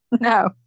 no